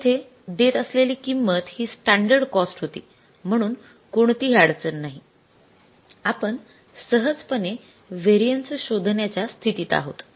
आपण येथे देत असलेली किंमत हि स्टॅंडर्ड कॉस्ट होती म्हणून कोणतीही अडचण नाही आपण सहजपणे व्हेरिएन्सेस शोधण्याच्या स्थितीत आहोत